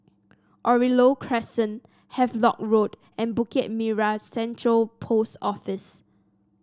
Oriole Crescent Havelock Road and Bukit Merah Central Post Office